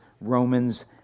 Romans